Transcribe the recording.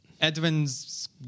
Edwin's